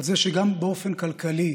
על זה שגם באופן כלכלי